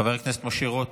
חבר הכנסת משה רוט,